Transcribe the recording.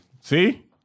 See